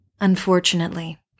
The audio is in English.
Unfortunately